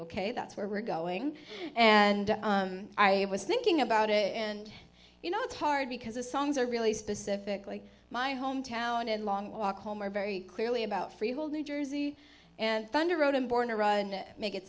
ok that's where we're going and i was thinking about it and you know it's hard because the songs are really specific like my hometown and long walk home are very clearly about freehold new jersey and thunder road and born to run make it